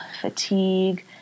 fatigue